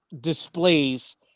displays